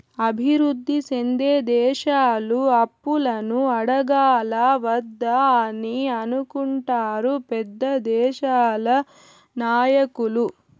అభివృద్ధి సెందే దేశాలు అప్పులను అడగాలా వద్దా అని అనుకుంటారు పెద్ద దేశాల నాయకులు